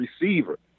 receiver